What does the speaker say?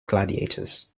gladiators